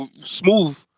smooth